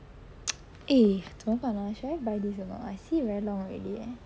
eh 怎么办 ah should I buy this or not I see it very long already eh